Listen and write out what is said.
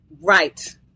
Right